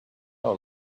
our